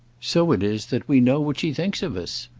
so it is that we know what she thinks of us.